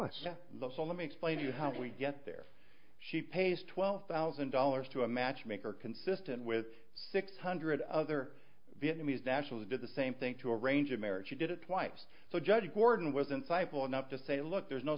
you how we get there she pays twelve thousand dollars to a matchmaker consistent with six hundred other vietnamese nationals did the same thing to arrange a marriage she did it twice so judge gordon was insightful enough to say look there's no